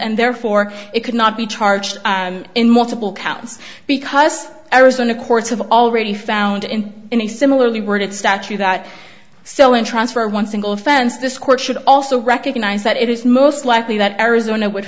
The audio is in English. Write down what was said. and therefore it could not be charged in multiple counts because arizona courts have already found in a similarly worded statute that so in transfer one single offense this court should also recognize that it is most likely that arizona would